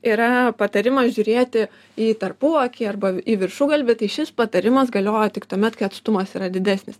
yra patarimas žiūrėti į tarpuakį arba į viršugalvį šis patarimas galioja tik tuomet kai atstumas yra didesnis